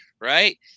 right